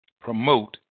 promote